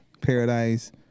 Paradise